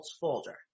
Folder